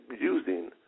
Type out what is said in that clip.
using